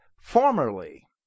formerly